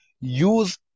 use